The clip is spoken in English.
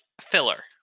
filler